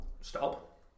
stop